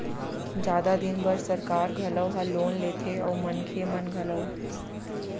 जादा दिन बर सरकार घलौ ह लोन लेथे अउ मनखे मन घलौ